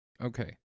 Okay